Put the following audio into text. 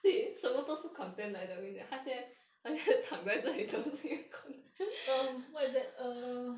um what is that err